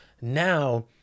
Now